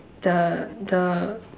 the the